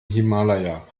himalaya